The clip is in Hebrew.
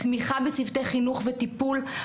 תמיכה בצוותי חינוך וטיפול,